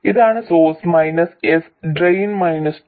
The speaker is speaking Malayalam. ഇതാണ് source S drain D gate G